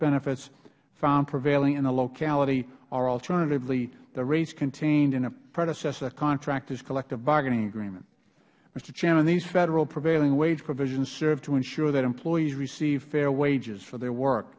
benefits found prevailing in the locality or alternatively the rates contained in a predecessor contractors collective bargaining agreement mister chairman these federal prevailing wage provisions serve to ensure that employees receive fair wages for their work